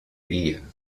guía